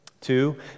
Two